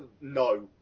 no